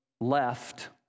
left